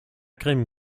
krim